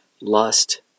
lust